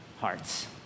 hearts